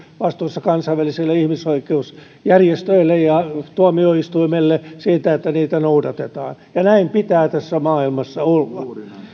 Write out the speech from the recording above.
vastuussa kansainvälisille ihmisoikeusjärjestöille ja ihmisoikeustuo mioistuimelle siitä että niitä noudatetaan ja näin pitää tässä maailmassa olla